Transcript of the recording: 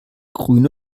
grün